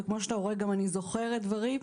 וכמו שאתה רואה אני גם זוכרת דברים.